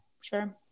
sure